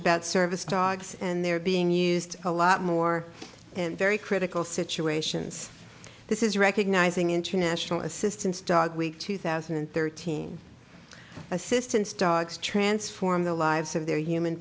about service dogs and they're being used a lot more in very critical situations this is recognizing international assistance dog week two thousand and thirteen assistance dogs transform the lives of their human